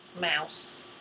mouse